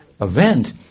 event